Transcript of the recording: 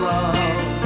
Love